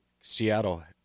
Seattle